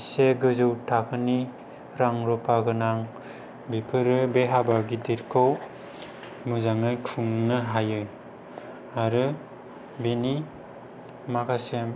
एसे गोजौ थाखोनि रां रुफा गोनां बेफोरो बे हाबा गिदिरखौ मोजाङै खुंनो हायो आरो बेनि माखासे